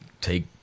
take